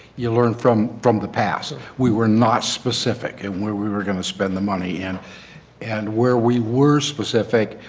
you learn from from the past. we were not specific and where we were going to spend the money and and where we were specific,